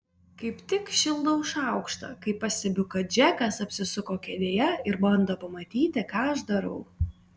kaip tik šildau šaukštą kai pastebiu kad džekas apsisuko kėdėje ir bando pamatyti ką aš darau